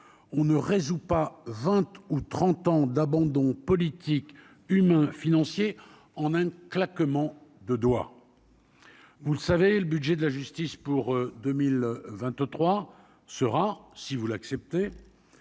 on ne résout pas 20 ou 30 ans d'abandon politique humains, financiers en un claquement de doigts, vous le savez, le budget de la justice pour 2023 ce rare si vous l'acceptez,